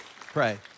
Pray